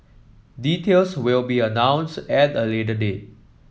details will be announced at a later date